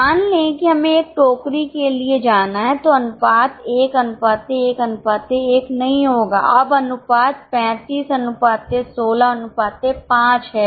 मान लें कि हमें एक टोकरी के लिए जाना है तो अनुपात 111 नहीं होगा अब अनुपात 35165 है